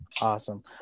Awesome